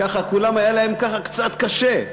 ככה, כולם היה להם ככה קצת קשה,